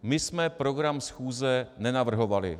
My jsme program schůze nenavrhovali.